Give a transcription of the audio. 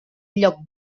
lloc